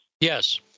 Yes